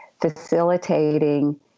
facilitating